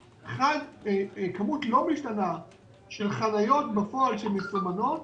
על כמות לא משתנה של חניות בפועל שמסומנות,